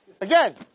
again